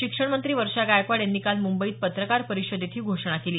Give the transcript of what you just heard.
शिक्षणमंत्री वर्षा गायकवाड यांनी काल मंबईत पत्रकार परिषदेत ही घोषणा केली